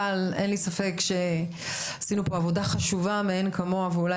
אבל אין לי ספק שעשינו פה עבודה חשובה מאין כמוה ואולי